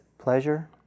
Pleasure